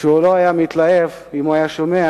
שהוא לא היה מתלהב אם הוא היה שומע